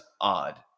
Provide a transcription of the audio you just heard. odd